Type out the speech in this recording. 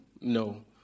No